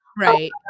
Right